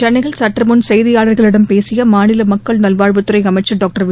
சென்னையில் சற்று முன் செய்தியாளர்களிடம் பேசிய மாநில மக்கள் நல்வாழ்வுத்துறை அமைச்சா் டாக்டா்